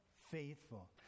faithful